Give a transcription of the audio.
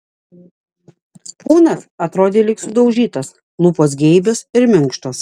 kūnas atrodė lyg sudaužytas lūpos geibios ir minkštos